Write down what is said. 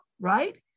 right